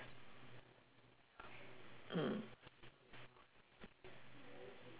mm